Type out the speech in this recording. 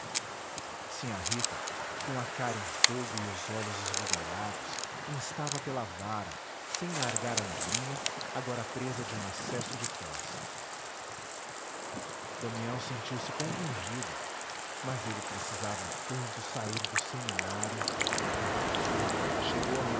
moço sinhá rita com a cara em fogo e os olhos esbugalhados instava pela vara sem largar a negrinha agora presa de um acesso de tosse damião sentiu-se compungido mas ele precisava tanto sair do seminário chegou à